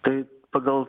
tai pagal